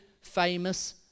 famous